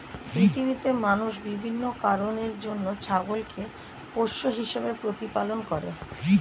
পৃথিবীতে মানুষ বিভিন্ন কারণের জন্য ছাগলকে পোষ্য হিসেবে প্রতিপালন করে